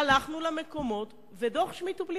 הלכנו למקומות, ודוח-שמיד הוא בלי